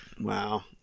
Wow